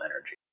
energy